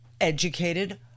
educated